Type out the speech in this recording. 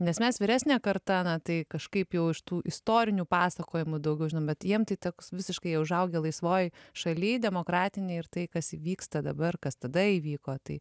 nes mes vyresnė karta na tai kažkaip jau iš tų istorinių pasakojimų daugiau žinom bet jiem tai toks visiškai jie užaugę laisvoj šaly demokratinėj ir tai kas vyksta dabar kas tada įvyko tai